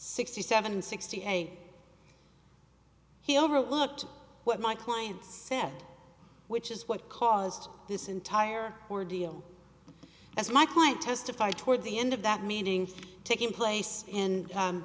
sixty seven sixty eight he overlooked what my client said which is what caused this entire ordeal as my client testified toward the end of that meeting taking place in